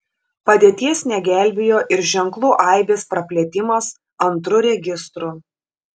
padėties negelbėjo ir ženklų aibės praplėtimas antru registru